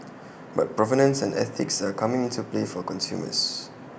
but provenance and ethics are coming into play for consumers